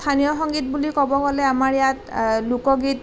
স্থানীয় সংগীত বুলি ক'ব গ'লে আমাৰ ইয়াত লোকগীত